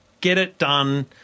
get-it-done –